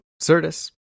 certus